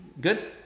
Good